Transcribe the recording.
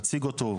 נציג אותו,